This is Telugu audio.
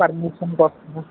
పర్మిషన్ కోసం